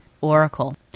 Oracle